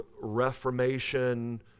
Reformation